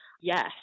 Yes